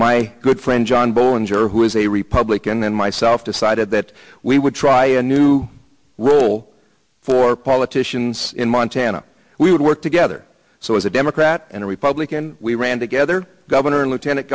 my good friend john bolen juror who is a republican and myself decided that we would try a new role for politicians in montana we would work together so as a democrat and a republican we ran together governor and lieutenant